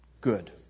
good